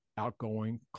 outgoing